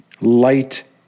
light